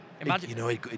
Imagine